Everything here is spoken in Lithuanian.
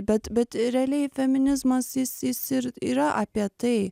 bet bet ir realiai feminizmas jis jis jis ir yra apie tai